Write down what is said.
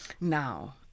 Now